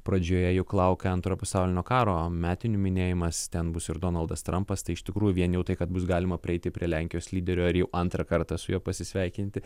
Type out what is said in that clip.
pradžioje juk laukia antro pasaulinio karo metinių minėjimas ten bus ir donaldas trampas tai iš tikrųjų vien jau tai kad bus galima prieiti prie lenkijos lyderio ir jau antrą kartą su juo pasisveikinti